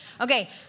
Okay